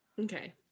Okay